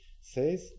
says